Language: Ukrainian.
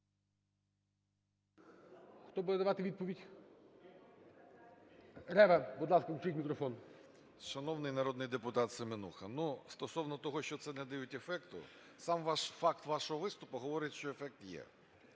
Хто буде давати відповідь? Рева, будь ласка, включіть мікрофон. 10:50:24 РЕВА А.О. Шановні народний депутат Семенуха, ну, стосовно того, що це не дають ефекту. Сам факт вашого виступу говорить, що ефект є.